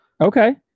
Okay